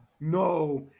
no